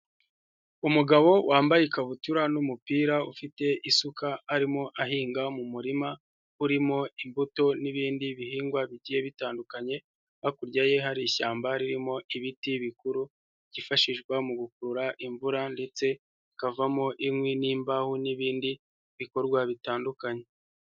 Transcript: Umugabo wambaye ikabutura n'umupira ufite isuka arimo ahinga mu murima urimo imbuto n'ibindi bihingwa bigiye bitandukanye, hakurya ye hari ishyamba ririmo ibiti bikuru byifashishwa mu gukurura imvura ndetse hakavamo inkwi n'imbaho n'ibindi bikorwa bitandukanye.